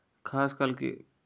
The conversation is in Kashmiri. خاص کَل کہِ